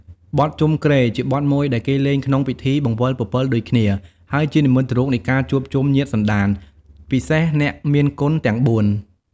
បទជុំគ្រែជាបទមួយដែលគេលេងក្នុងពិធីបង្វិលពពិលដូចគ្នា ហើយជានិមិត្តរូបនៃការជួបជុំញាតិសន្តាន ពិសេសអ្នកមានគុណទាំងបួន។